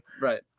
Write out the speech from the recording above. right